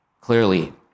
clearly